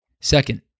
Second